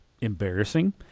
embarrassing